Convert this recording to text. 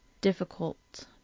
difficult